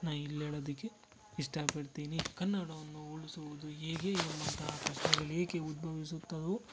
ನಾನು ಇಲ್ಲಿ ಹೇಳದಕ್ಕೆ ಇಷ್ಟಪಡ್ತೀನಿ ಕನ್ನಡವನ್ನು ಉಳಿಸುವುದು ಹೇಗೆ ಎನ್ನುವಂಥ ಪ್ರಶ್ನೆಗಳು ಏಕೆ ಉದ್ಭವಿಸುತ್ತವೋ